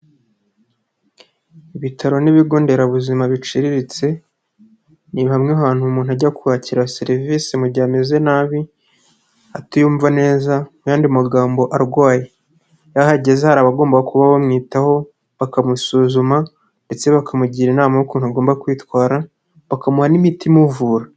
Ibitaro n'ibigo nderabuzima biciriritse ni hamwe mu hantu umuntu ajya kwakira serivisi mu gihe ameze nabi atiyumva neza mu yandi magambo arwaye, iyo ahageze hari abagomba kuba bamwitaho bakamusuzuma ndetse bakamugira inama y'ukuntu agomba kwitwara, bakamuha n'imiti imuvura.